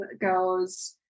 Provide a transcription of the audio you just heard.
goes